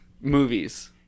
movies